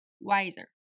wiser